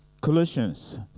Colossians